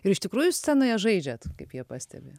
ir iš tikrųjų scenoje žaidžiat kaip jie pastebi